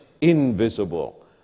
invisible